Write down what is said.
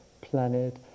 planet